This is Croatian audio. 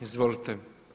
Izvolite.